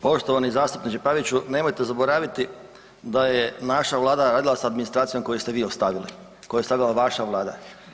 Poštovani zastupniče Paviću, nemojte zaboraviti da je naša Vlada radila sa administracijom koju ste vi ostavili, koju je ostavila vaša Vlada.